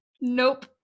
Nope